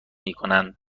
میکنن